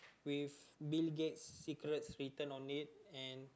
with Bill Gates secrets written on it